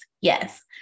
yes